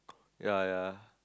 yea yea